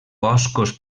boscos